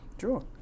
sure